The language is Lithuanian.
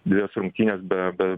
dvejas rungtynes be be